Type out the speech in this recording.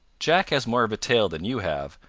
jack has more of a tail than you have,